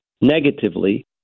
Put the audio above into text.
negatively